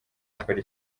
akora